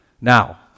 Now